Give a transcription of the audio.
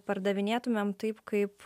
pardavinėtumėm taip kaip